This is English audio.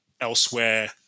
elsewhere